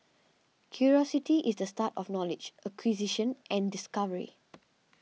curiosity is the start of knowledge acquisition and discovery